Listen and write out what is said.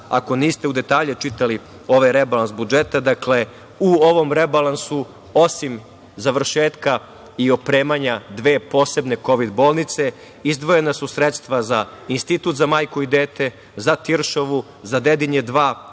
ako niste u detalje čitali ovaj rebalans budžeta, dakle, u ovom rebalansu, osim završetka i opremanja dve posebne Kovid bolnice, izdvojena su sredstva za Institut za majku i dete, za Tiršovu, za Dedinje 2,